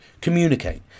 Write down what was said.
Communicate